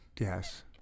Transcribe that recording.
Yes